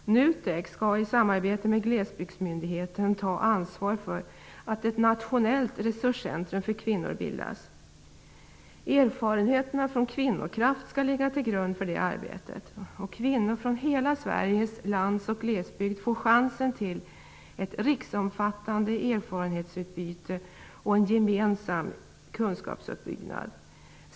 NUTEK skall i samarbete med Glesbygdsmyndigheten ta ansvar för att ett nationellt resurscentrum för kvinnor bildas. Erfarenheterna från Kvinnokraft skall ligga till grund för det arbetet. Kvinnor från hela Sveriges landsbygd och glesbygd får chansen till ett riksomfattande erfarenhetsutbyte och en gemensam kunskapsuppbyggnad.